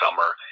summer